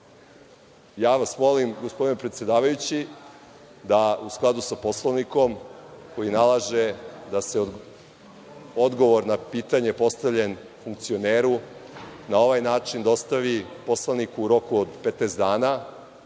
vas gospodine predsedavajući, da u skladu sa Poslovnikom koji nalaže da se odgovor na pitanje postavljeno funkcioneru, na ovaj način dostavi poslaniku u roku od 15 dana,